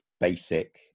basic